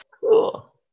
Cool